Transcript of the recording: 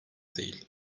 değil